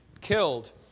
killed